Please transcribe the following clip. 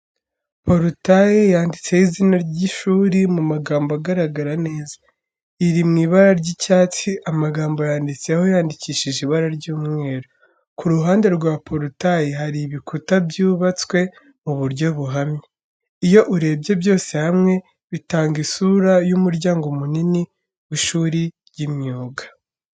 Porutaye yanditseho izina ry'ishuri mu magambo agaragara neza, iri mu ibara ry'icyatsi, amagambo yanditseho yandikishije ibara ry'umweru. Ku ruhande rwa porutaye, hari ibikuta byubatswe mu buryo buhamye. Iyo urebye byose hamwe bitanga isura y'umuryango munini w'ishuri ry'imyuga.